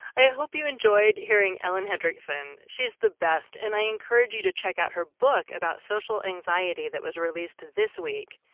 i hope you enjoyed hearing ellen hendriksen, she's the best, and i encourage you to check out her book about social anxiety that was released this week.